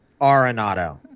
Arenado